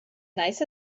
nice